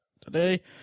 today